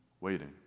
waiting